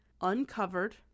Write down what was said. uncovered